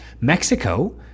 Mexico